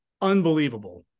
unbelievable